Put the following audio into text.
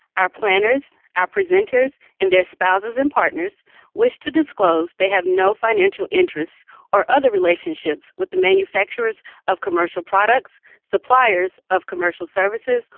our planners, our presenters, and their spouses and partners wish to disclose they have no financial interests or other relationships with the manufacturers of commercial products, suppliers of commercial services,